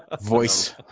voice